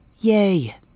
Yay